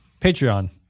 Patreon